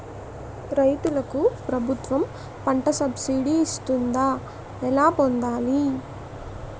రైతులకు ప్రభుత్వం పంట సబ్సిడీ ఇస్తుందా? ఎలా పొందాలి?